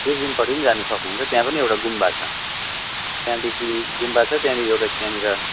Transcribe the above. दुर्पिनपट्टि पनि जानु सक्नुहुन्छ त्यहाँ पनि एउटा गुम्बा छ त्यहाँदेखि गुम्बा छ त्यहाँदेखि एउटा त्यहाँनिर